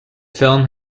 film